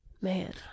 man